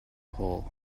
hole